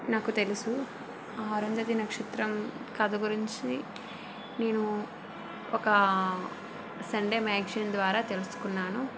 నాకు తెలుసు ఆ అరుంధతి నక్షత్రం కథ గురించి నేను ఒక సండే మ్యాగజీన్ ద్వారా తెలుసుకున్నాను